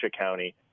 County